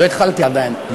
לא התחלתי עדיין.